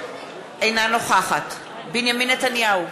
אינה נוכחת בנימין נתניהו,